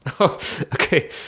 okay